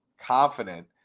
confident